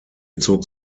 zog